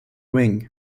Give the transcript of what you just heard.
wing